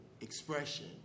expression